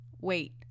Wait